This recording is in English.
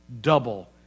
double